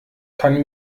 kann